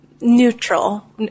neutral